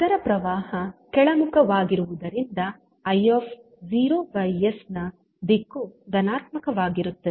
ಅದರ ಪ್ರವಾಹ ಕೆಳಮುಖವಾಗಿರುವುದರಿಂದ is ನ ದಿಕ್ಕು ಧನಾತ್ಮಕವಾಗಿರುತ್ತದೆ